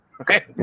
Okay